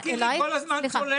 אל תזכירי כל הזמן צוללת.